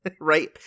Right